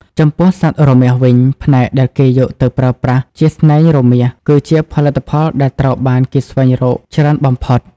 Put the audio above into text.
ចំពោះសត្វរមាសវិញ ផ្នែកដែលគេយកទៅប្រើប្រាស់ជាស្នែងរមាស គឺជាផលិតផលដែលត្រូវបានគេស្វែងរកច្រើនបំផុត។